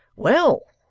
well,